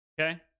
Okay